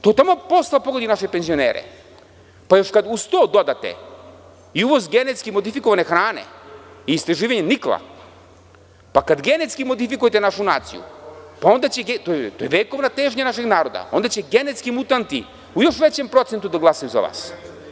Taman posla da to pogodi naše penzionere, pa kad još uz to dodate i uvoz genetski modifikovane hrane i istraživanje nikla, pa kada genetski modifikujete našu naciju, to je vekovna težnja našeg naroda, onda će genetski mutanti u još većem procentu da glasaju za vas.